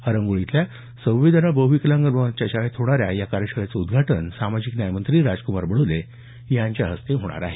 हरंगुळ इथल्या संवेदना बहुविकलांग मुलांच्या शाळेत होणाऱ्या या कार्यशाळेचं उदघाटन सामाजिक न्यायमंत्री राजकुमार बडोले यांच्या हस्ते होणार आहे